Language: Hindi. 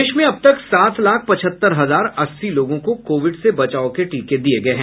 प्रदेश में अब तक सात लाख पचहत्तर हजार अस्सी लोगों को कोविड से बचाव के टीके दिये गये हैं